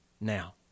now